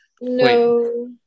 No